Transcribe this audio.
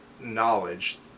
knowledge